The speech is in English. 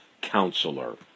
counselor